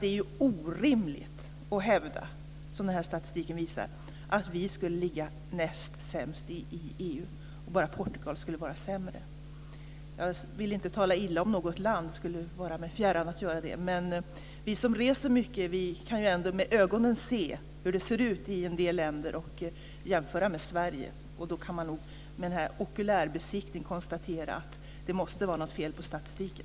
Det är orimligt att hävda, som statistiken visar, att vi skulle ligga näst sämst i EU och att bara Portugal skulle vara sämre. Jag vill inte tala illa om något land - det skulle mig vara fjärran att göra det - men vi som reser mycket kan ändå med ögonen se hur det ser ut i en del länder och jämföra med Sverige. Då kan man med hjälp av okulärbesiktning konstatera att det måste vara något fel på statistiken.